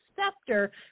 scepter